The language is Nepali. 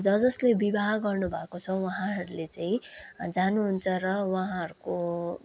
ज जसले विवाह गर्नुभएको छ उहाँहरूले चाहिँ जानुहुन्छ र उहाँहरूको